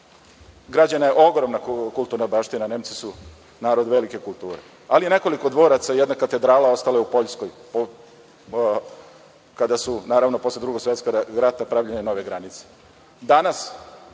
građena ogromna kulturna baština, Nemci su narod velike kulture, ali nekoliko dvoraca i jedna katedrala ostala je u Poljskoj, kada su, naravno, posle Drugog svetskog rata pravljene nove granice.